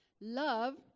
love